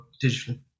digital